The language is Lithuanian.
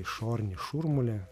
išorinį šurmulį